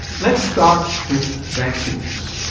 let's start with vaccines.